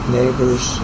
neighbors